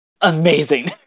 amazing